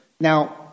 now